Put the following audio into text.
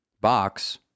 box